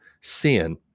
sin